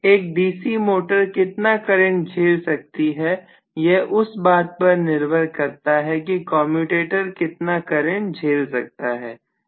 एक DC motor कितना current झेल सकती है यह उस बात पर निर्भर करता है कि कमयुटेटर कितना करंट झेल सकता है